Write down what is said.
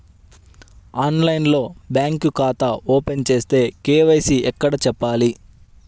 ఆన్లైన్లో బ్యాంకు ఖాతా ఓపెన్ చేస్తే, కే.వై.సి ఎక్కడ చెప్పాలి?